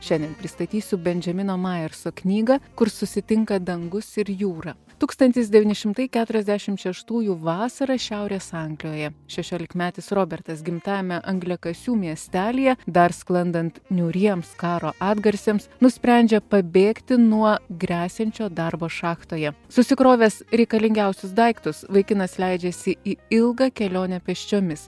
šiandien pristatysiu bendžamino majerso knygą kur susitinka dangus ir jūra tūkstantis devyni šimtai keturiasdešim šeštųjų vasarą šiaurės anglijoje šešiolikmetis robertas gimtajame angliakasių miestelyje dar sklandant niūriems karo atgarsiams nusprendžia pabėgti nuo gresiančio darbo šachtoje susikrovęs reikalingiausius daiktus vaikinas leidžiasi į ilgą kelionę pėsčiomis